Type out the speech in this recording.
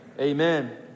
Amen